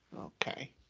Okay